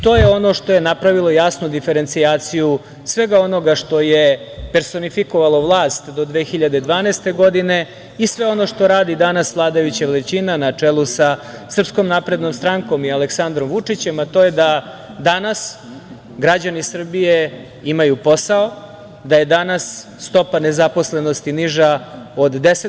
To je ono što je napravilo jasnu diferencijaciju svega onoga što je personifikovalo vlast do 2012. godine i sve ono što radi danas vladajuća većina na čelu sa SNS i Aleksandrom Vučićem, a to je da danas građani Srbije imaju posao, da je danas stopa nezaposlenosti niža od 10%